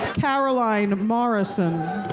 caroline morrison.